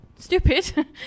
stupid